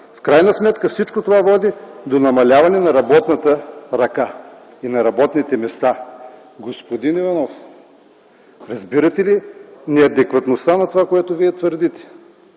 В крайна сметка всичко това води до намаляване на работната ръка и на работните места. Господин Иванов, разбирате ли неадекватността на това, което Вие твърдите?